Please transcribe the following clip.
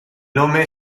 nome